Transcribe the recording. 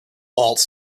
waltz